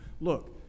Look